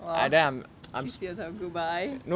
!wah! she says are goodbye